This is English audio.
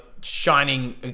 Shining